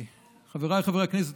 חבריי חברי הכנסת,